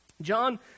John